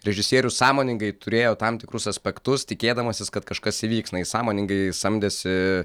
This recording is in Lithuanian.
režisierius sąmoningai turėjo tam tikrus aspektus tikėdamasis kad kažkas įvyks na jis sąmoningai samdėsi